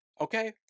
Okay